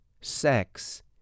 sex